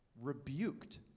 rebuked